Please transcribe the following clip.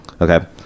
Okay